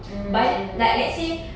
mm mm